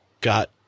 got